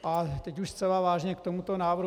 A teď už zcela vážně k tomuto návrhu.